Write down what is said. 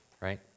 right